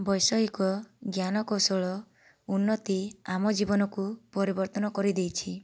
ବୈଷୟିକ ଜ୍ଞାନକୌଶଳ ଉନ୍ନତି ଆମ ଜୀବନକୁ ପରିବର୍ତ୍ତନ କରିଦେଇଛି